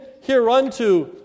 hereunto